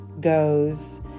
goes